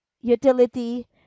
utility